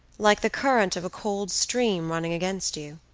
like the current of a cold stream running against you?